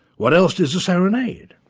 what else is a serenade?